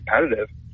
competitive